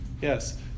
Yes